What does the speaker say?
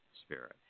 spirit